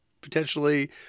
potentially